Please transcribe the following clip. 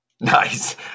Nice